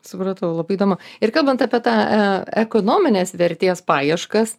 supratau labai įdomu ir kalbant apie tą e ekonominės vertės paieškas